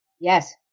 Yes